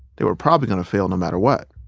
they were probably gonna fail no matter what.